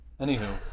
Anywho